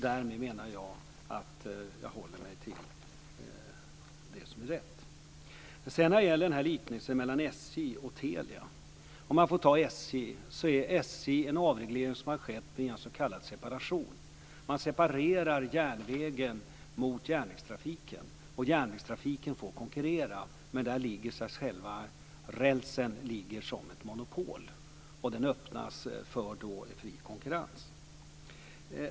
Därmed anser jag att jag håller mig till det som är rätt. Jan-Evert Rådhström gjorde en liknelse med SJ separation. Man separerar järnvägen från järnvägstrafiken, och järnvägstrafiken får konkurrera medan rälsen ingår i ett monopol. Därmed öppnas för möjligheten till fri konkurrens.